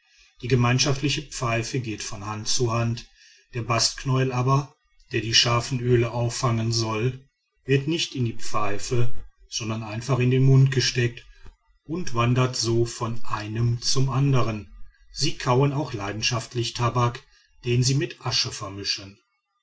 die gemeinschaftliche pfeife geht von hand zu hand der bastknäuel aber der die scharfen öle auffangen soll wird nicht in die pfeife sondern einfach in den mund gesteckt und wandert so von einem zum andern sie kauen auch leidenschaftlich tabak den sie mit asche vermischen